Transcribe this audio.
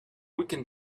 weekend